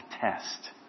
test